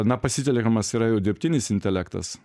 na pasitelkiamas yra jau dirbtinis intelektas